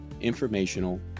informational